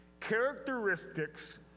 characteristics